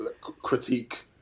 critique